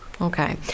Okay